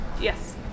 Yes